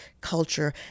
culture